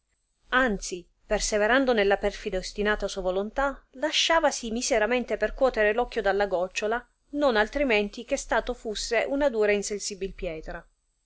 anzi perseverando nella perfida e ostinata sua volontà lasciavasi miseramente percuotere l occhio dalla giocciola non altrimenti che stato fusse una dura e insensibil pietra